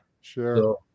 sure